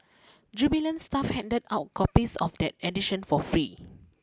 jubilant staff handed out copies of that edition for free